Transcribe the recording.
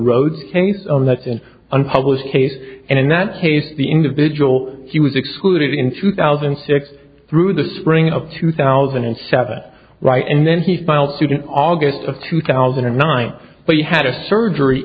road case on that and unpublished case and in that case the individual he was excluded in two thousand and six through the spring of two thousand and seven right and then he filed student august of two thousand and nine but he had a surgery